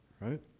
Right